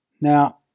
Now